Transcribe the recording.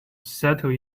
settle